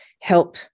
help